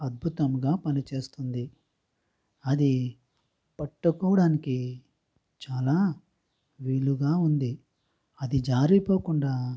అద్భుతంగా పనిచేస్తుంది అది పట్టుకోవడానికి చాలా వీలుగా ఉంది అది జారిపోకుండా